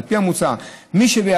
על פי המוצע, מי שבידיו